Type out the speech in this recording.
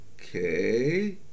okay